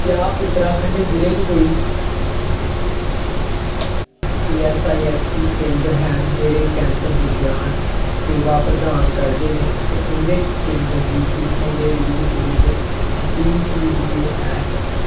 क्या उत्तराखंड जि'ले च कोई ईऐस्सआईऐस्ससी केंद्र हैन जेह्ड़े कैंसर विज्ञान सेवां प्रदान करदे न ते उं'दे केंद्र दी किस्मा दे रूप जि'ले च डीसीबीओ है